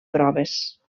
proves